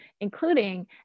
including